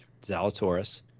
zalatoris